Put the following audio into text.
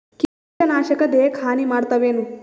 ಕೀಟನಾಶಕ ದೇಹಕ್ಕ ಹಾನಿ ಮಾಡತವೇನು?